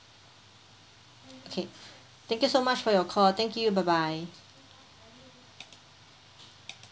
okay thank you so much for your call thank you bye bye